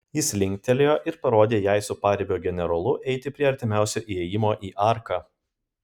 jis linktelėjo ir parodė jai su paribio generolu eiti prie artimiausio įėjimo į arką